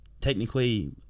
technically